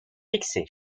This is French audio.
fixées